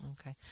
Okay